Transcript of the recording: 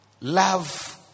love